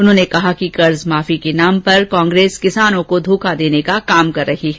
उन्होंने कहा कि कर्ज माफी के नाम पर कांग्रेस किसानों को धोखा देने का काम कर रही है